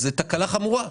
אז זאת תקלה חמורה.